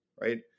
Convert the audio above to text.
right